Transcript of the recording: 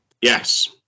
Yes